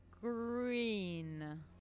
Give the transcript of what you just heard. green